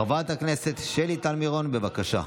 חברת הכנסת שלי טל מירון, בבקשה.